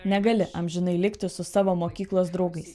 negali amžinai likti su savo mokyklos draugais